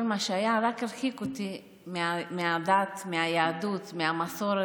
כל מה שהיה רק הרחיק אותי מהדת, מהיהדות, מהמסורת,